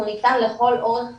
והוא ניתן לכל אורך החיים.